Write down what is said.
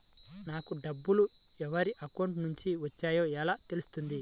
నాకు డబ్బులు ఎవరి అకౌంట్ నుండి వచ్చాయో ఎలా తెలుస్తుంది?